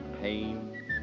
pain